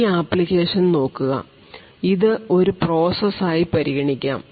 ഈ ആപ്ലിക്കേഷൻ നോക്കുക ഇത് ഒരു പ്രോസസ് ആയി പരിഗണിക്കാം